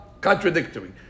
contradictory